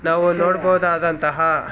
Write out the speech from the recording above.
ನಾವು ನೋಡ್ಬೋದಾದಂತಹ